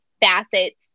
facets